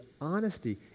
honesty